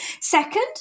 Second